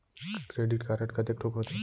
Credit card कतेक ठोक होथे?